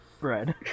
bread